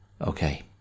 Okay